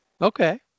Okay